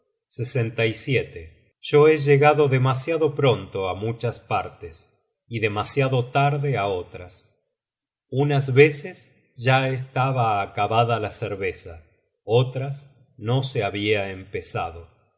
confiadas á otro yo he llegado demasiado pronto á muchas partes y demasiado tarde á otras unas ve ees ya estaba acabada la cerveza otras no se habia empezado